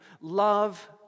Love